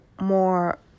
more